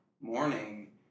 morning